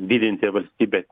didinti valstybės